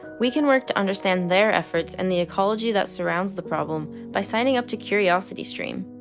we can work to understand their efforts and the ecology that surrounds the problem by signing up to curiosity stream.